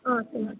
ಹಾಂ ಸರ್